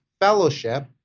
fellowship